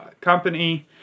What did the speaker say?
company